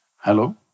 Hello